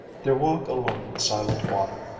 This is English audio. their walk along the silent water,